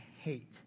hate